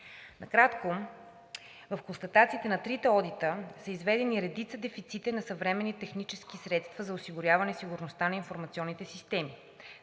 Накратко в констатациите на трите одита са изведени редица дефицити на съвременни технически средства за осигуряване сигурността на информационните системи.